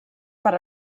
per